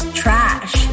trash